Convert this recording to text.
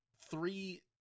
three